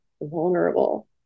vulnerable